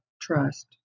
trust